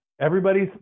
everybody's